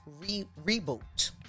reboot